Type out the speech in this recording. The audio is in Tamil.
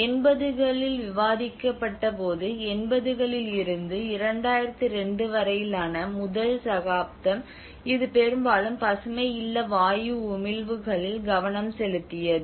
80 களில் விவாதிக்கப்பட்டபோது 80 களில் இருந்து 2002 வரையிலான முதல் சகாப்தம் இது பெரும்பாலும் பசுமை இல்ல வாயு உமிழ்வுகளில் கவனம் செலுத்தியது